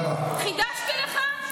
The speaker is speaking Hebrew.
חידשתי לך?